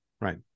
Right